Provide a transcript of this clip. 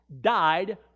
died